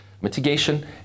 mitigation